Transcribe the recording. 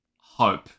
hope